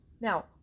Now